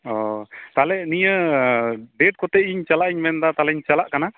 ᱚ ᱛᱟᱦᱚᱞᱮ ᱱᱤᱭᱟᱹ ᱰᱮᱹᱴ ᱠᱚᱛᱮ ᱤᱧ ᱪᱟᱞᱟᱜ ᱤᱧ ᱢᱮᱱᱮᱫᱟ ᱛᱟᱦᱚᱞᱮᱧ ᱪᱟᱞᱟᱜ ᱠᱟᱱᱟ